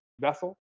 vessel